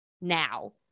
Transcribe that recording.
now